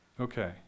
Okay